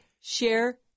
share